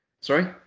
Sorry